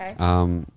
Okay